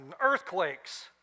earthquakes